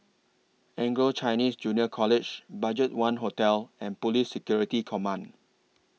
Anglo Chinese Junior College BudgetOne Hotel and Police Security Command